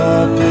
up